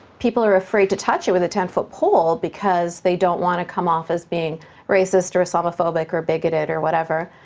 people are afraid to touch it with a ten foot pole because they don't wanna come off as being racist, or islamophobic, or bigoted, or whatever.